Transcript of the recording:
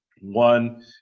One